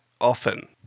often